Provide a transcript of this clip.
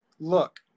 Look